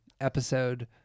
episode